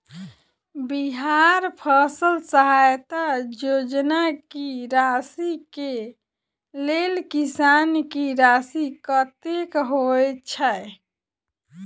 बिहार फसल सहायता योजना की राशि केँ लेल किसान की राशि कतेक होए छै?